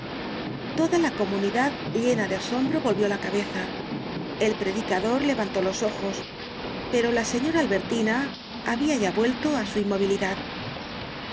toda la comunidad llena de asombro volvió la cabeza el predicador levantó los ojos pero la señora albertina habia ya vuelto á su inmovilidad